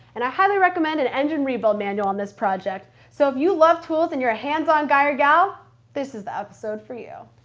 and i highly recommend an engine rebuild and on this project. so if you love tools and are a hands-on guy or gal this is the episode for you.